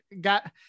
Got